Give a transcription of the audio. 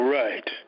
Right